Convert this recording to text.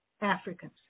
Africans